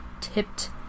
tipped